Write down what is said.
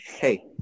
hey